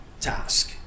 task